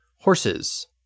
Horses